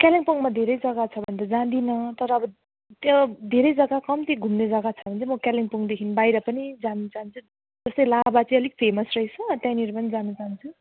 कालिम्पोङमा धेरै जगा छ भने त जाँदिनँ तर अब त्यो धेरै जगा कम्ती घुम्ने जगा छ भने चाहिँ म कालेम्पोङदेखि बाहिर पनि जान चाहन्छु जस्तै लाभा चाहिँ अलिक फेमस रहेछ त्यहाँनेर पनि जान चाहन्छु